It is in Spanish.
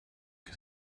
que